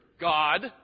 God